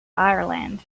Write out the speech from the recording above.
ireland